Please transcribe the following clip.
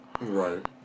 Right